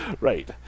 Right